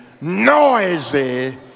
noisy